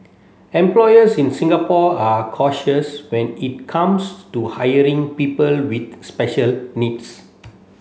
employers in Singapore are cautious when it comes to hiring people with special needs